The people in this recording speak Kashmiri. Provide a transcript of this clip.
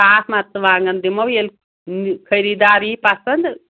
صاف مَرژٕوانٛگَن دِمو ییٚلہِ خٔریٖدار یی پَسنٛد